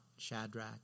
Shadrach